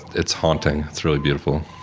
it's haunting. it's really beautiful.